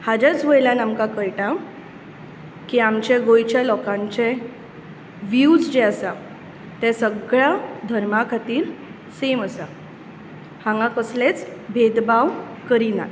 हाचेंच वयल्यान आमकां कळटा की आमचे गोंयचे लोकांचे व्हीव्ज जे आसात ते सगळ्या धर्मां खातीर सेम आसात हांगा कसले भेदभाव करीनात